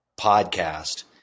podcast